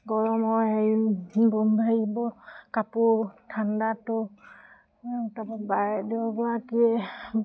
গৰমৰ হেৰি হেৰিবোৰ কাপোৰ ঠাণ্ডাতো তাৰপৰা বাইদেউগৰাকীয়ে